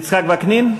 יצחק וקנין,